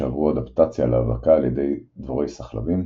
סחלבים שעברו אדפטציה להאבקה על ידי דבורי סחלבים,